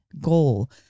goal